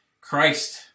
Christ